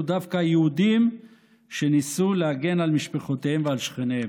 דווקא היהודים שניסו להגן על משפחותיהם ועל שכניהם.